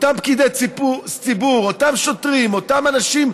אותם פקידי ציבור, אותם שוטרים, אותם אנשים טובים,